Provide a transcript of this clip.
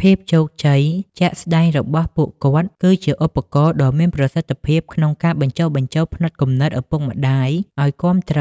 ភាពជោគជ័យជាក់ស្ដែងរបស់ពួកគាត់ គឺជាឧបករណ៍ដ៏មានប្រសិទ្ធភាពក្នុងការបញ្ចុះបញ្ចូលផ្នត់គំនិតឪពុកម្ដាយ ឱ្យគាំទ្រ